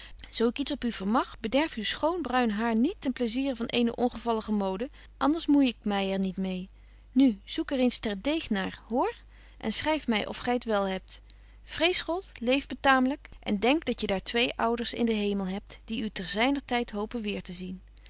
zo ik iets op u vermag bederf uw schoon bruin hair niet ten plaisiere van eene ongevallige mode anders moei ik my er niet mee nu zoek er eens ter deeg naar hoor en schryf my of gy t wel hebt vrees god leef betaamlyk en denk dat je daar twee ouders in den hemel hebt die u ter zyner tyd hopen weer te zien